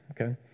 okay